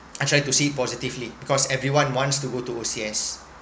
I try to see it positively because everyone wants to go to O_C_S